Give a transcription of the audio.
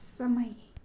समय